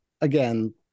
again